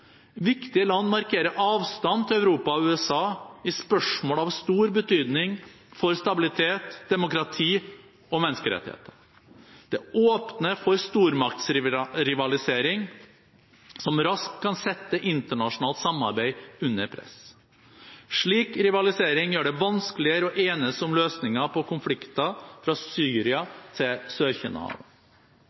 viktige land avstand til Europa og USA i spørsmål av stor betydning for stabilitet, demokrati og menneskerettigheter. Det åpner for stormaktrivalisering som raskt kan sette internasjonalt samarbeid under press. Slik rivalisering gjør det vanskeligere å enes om løsninger på konflikter, fra Syria til